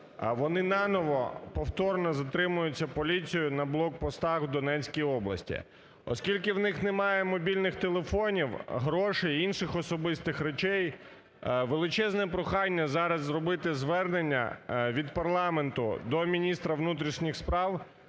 вони наново повторно затримуються поліцією на блокпостах Донецької області. Оскільки у них немає мобільних телефонів, грошей і інших особистих речей, величезне прохання зараз зробити звернення від парламенту до міністра внутрішніх справ